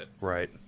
Right